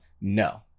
No